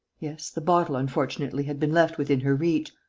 yes the bottle, unfortunately, had been left within her reach.